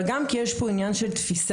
אבל גם כי יש פה עניין של תפיסה,